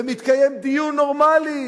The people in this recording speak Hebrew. ומתקיים דיון נורמלי,